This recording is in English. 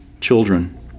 children